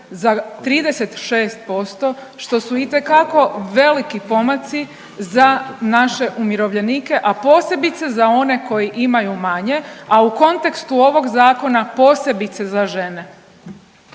za 36% što su itekako veliki pomaci za naše umirovljenike, a posebice za one koji imaju manje, a u kontekstu ovog zakona posebice za žene.